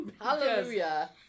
Hallelujah